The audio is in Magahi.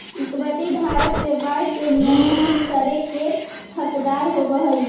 इक्विटी धारक व्यापार के नियंत्रित करे के हकदार होवऽ हइ